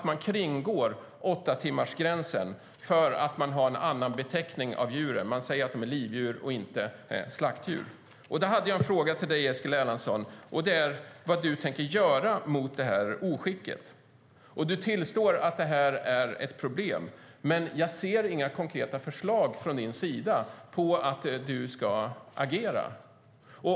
Man kringgår alltså åttatimmarsgränsen genom att ha en annan beteckning på djuren. Man kallar dem livdjur, inte slaktdjur. Min fråga till dig, Eskil Erlandsson, är vad du tänker göra för att komma till rätta med det oskicket. Du tillstår att det är ett problem, men jag ser inga konkreta förslag på att du ska agera.